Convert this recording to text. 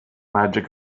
magic